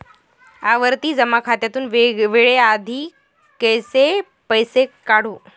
आवर्ती जमा खात्यातून वेळेआधी कसे पैसे काढू?